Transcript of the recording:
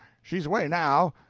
she's away now.